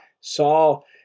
Saul